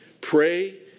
Pray